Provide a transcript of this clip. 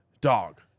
dog